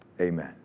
Amen